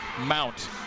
mount